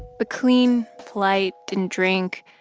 but clean, polite, didn't drink,